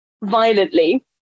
violently